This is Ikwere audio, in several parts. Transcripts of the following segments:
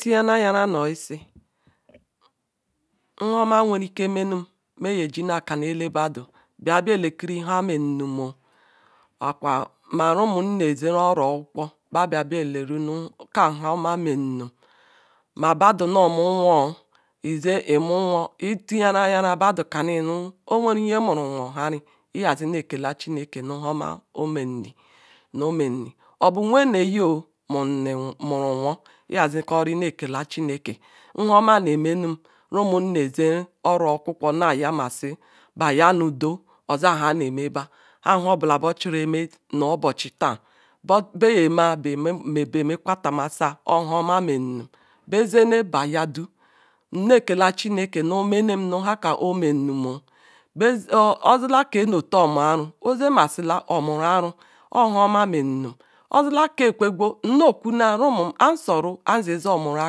ntiyena ayara nu osisi nhaoma nwerieke menum maye ji kenu elebedu bia befeki nha nr num ma rumwn bezk nu oro kwukwo barbia be leru nu kam bu nha oma mereum ma bedu nomunwo ize imunwo itiyara ayera bidu kanin nu owuru nye muru nwo hari hya zinekla chimke nu nha ome omenim omzhum obu werre o nuru nwo iyezikuri nekela chiele nlaoma nhu rurum nezi oro kum nezi beya nu udo ozi lalre bar, nhanu kwbela be ojuro onre nu oboedu bea mea omekhatema si oba nha oma mrnm bezetre beyanda nnekda chnnke nu nenawe nukam bezemasica omuara ozemezilar omura aru obu nla oma menum ozila bekwe nnakarum rumum aru soru anuzezo muru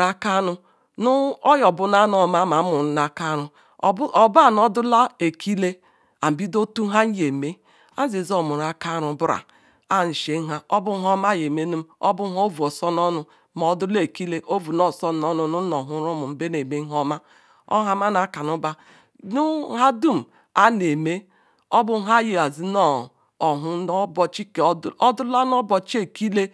akaru nu oyor banuano oma ma munu aka aru bunu odala ikale abido tu n la nue me bezea omuru aka ara mbura ah shimnza oba nlama anulye menam obanhaoua osonu onu odula elele ovu nosum no nu mohurumum nube mhum oha oma, ohamamakanu ba nu nada'm aneme ma odale nu obahi ekile